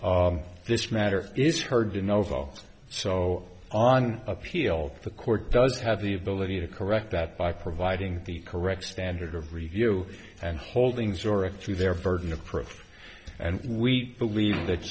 of this matter is hard to novo so on appeal the court does have the ability to correct that by providing the correct standard of review and holdings or if through their burden of proof and we believe that